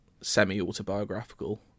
semi-autobiographical